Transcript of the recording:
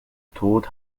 tod